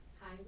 Hi